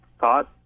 thought